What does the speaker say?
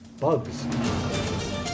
Bugs